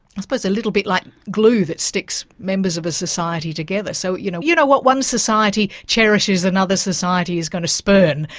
i suppose a little bit like glue that sticks members of a society together so you know you know, what one society cherishes, another society is going to spurn.